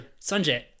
sanjay